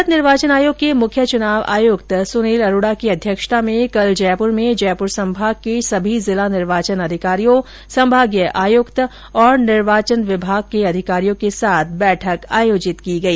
भारत निर्वाचन आयोग के मुख्य चुनाव आयुक्त सुनील अरोड़ा की अध्यक्षता में कल जयपुर में जयपुर सम्भाग के समस्त जिला निर्वाचन अधिकारियों सम्भागीय आयुक्त और निर्वाचन विभाग के अधिकारियों के साथ बैठक आयोजित की गई